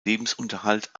lebensunterhalt